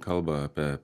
kalba apie